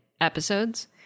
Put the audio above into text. episodes